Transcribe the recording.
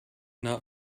not